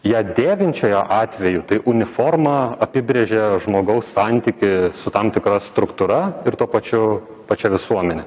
ją dėvinčiojo atveju tai uniforma apibrėžė žmogaus santykį su tam tikra struktūra ir tuo pačiu pačia visuomene